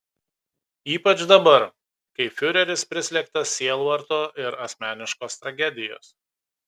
ypač dabar kai fiureris prislėgtas sielvarto ir asmeniškos tragedijos